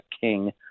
king